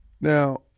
Now